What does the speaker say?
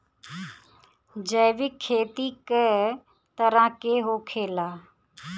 जैविक खेती कए तरह के होखेला?